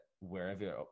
wherever